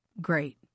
great